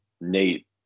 Nate